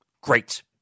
Great